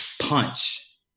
punch